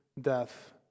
death